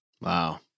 Wow